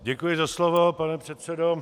Děkuji za slovo, pane předsedo.